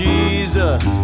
Jesus